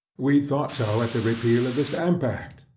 we thought so at the repeal of the stamp act,